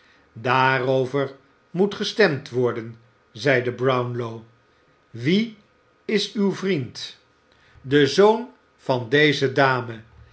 daarover moet gestemd worden zeide brownlow wie is uw vriend olivier twist de zoon van deze dame